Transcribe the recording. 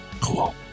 cool